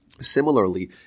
Similarly